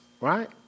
Right